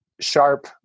sharp